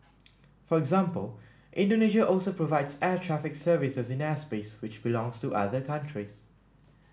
for example Indonesia also provides air traffic services in airspace which belongs to other countries